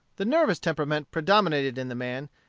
the nervous temperament predominated in the man,